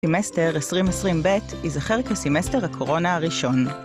סמסטר 2020 ב' ייזכר כסמסטר הקורונה הראשון.